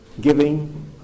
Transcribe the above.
Giving